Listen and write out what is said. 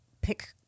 pick-